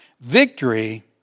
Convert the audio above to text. victory